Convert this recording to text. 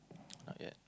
not yet